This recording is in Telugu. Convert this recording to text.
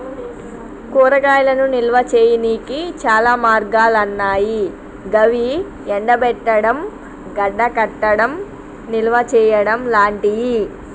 కూరగాయలను నిల్వ చేయనీకి చాలా మార్గాలన్నాయి గవి ఎండబెట్టడం, గడ్డకట్టడం, నిల్వచేయడం లాంటియి